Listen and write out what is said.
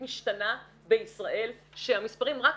מציאות חברתית משתנה בישראל שהמספרים